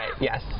yes